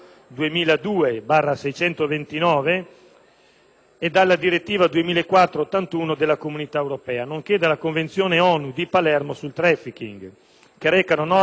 e dalla direttiva 2004/81/CE, nonché dalla Convenzione ONU di Palermo sul traffìcking, che recano norme a tutela delle persone offese da tali delitti.